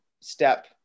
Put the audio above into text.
step